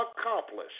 accomplished